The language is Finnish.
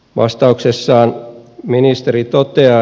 vastauksessaan ministeri toteaa